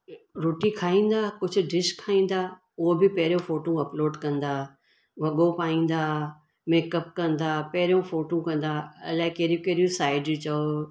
रोटी खाईंदा कुझु डिश खाईंदा उहो बि पहिरियों फ़ोटू अप्लोड कंदा वॻो पाईंदा मेकअप कंदा पहिरियों फ़ोटू कंदा इलाही कहिड़ियूं कहिड़ियूं साइड चयो